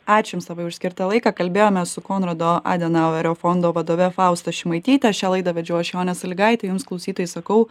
ačiū jums labai už skirtą laiką kalbėjomės su konrado adenauerio fondo vadove fausta šimaityte šią laidą vedžiau aš jonė salygaitė jums klausytojai sakau